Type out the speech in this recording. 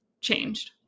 changed